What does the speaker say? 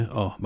og